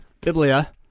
biblia